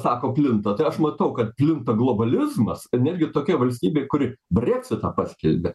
sako plinta tai aš matau kad plinta globalizmas ir netgi tokioj valstybėj kuri breksitą paskelbė